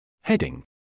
Heading